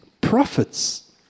prophets